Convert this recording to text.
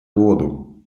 воду